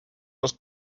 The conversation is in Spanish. los